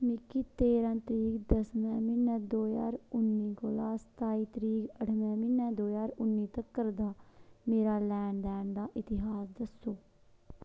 मिगी तेरां तरीक दसमे म्हीनै कोला दो ज्हार उन्नी कोला सताई तरीक अठमे म्हीनै दो ज्हार उन्नी तक्कर दा मेरा लैन देन दा इतिहास दस्सो